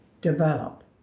develop